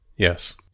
Yes